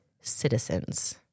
citizens